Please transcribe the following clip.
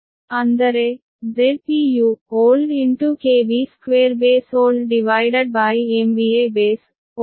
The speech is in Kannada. ಅಂದರೆ Zpu old KVBold 2MVAB old